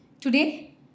Today